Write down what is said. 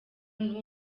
n’uwo